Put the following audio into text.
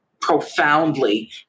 profoundly